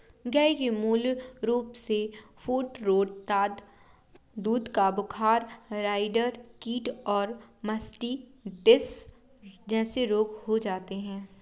गय के मूल रूपसे फूटरोट, दाद, दूध का बुखार, राईडर कीट और मास्टिटिस जेसे रोग होते हें